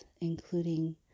including